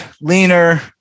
leaner